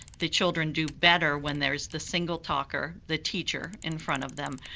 the children do better when there's the single talker, the teacher, in front of them,